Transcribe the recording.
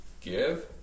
Give